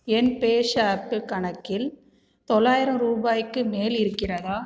என் பேஸாப்பு கணக்கில் தொள்ளாயிரம் ரூபாய்க்கு மேல் இருக்கிறதா